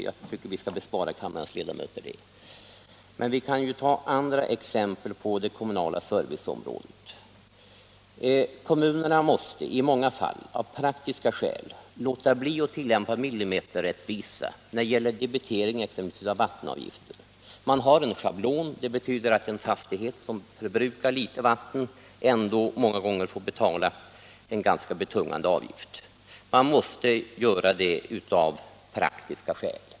Jag tycker vi skall bespara kammarens ledamöter det. Men vi kan ta andra exempel på det kommunala serviceområdet. Kommunerna måste i många fall av praktiska skäl låta bli att tillämpa millimeterrättvisa när det gäller debitering av exempelvis vattenavgifter. Man har en schablon att rätta sig efter. Det betyder att den fastighet som förbrukar litet vatten ändå många gånger får betala kommunal verksamhet Avgiftssättningen en ganska betungande avgift. Man måste göra på det sättet av praktiska skäl.